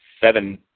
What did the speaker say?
seven